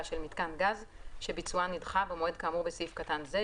של מיתקן גז שביצועה נדחה במועד כאמור בסעיף קטן זה,